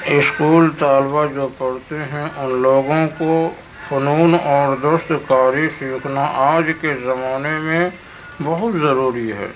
school طلبا جو پڑھتے ہیں ان لوگوں کو فنون اور دستکاری سیکھنا آج کے زمانے میں بہت ضروری ہے